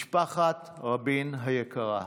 משפחת רבין היקרה,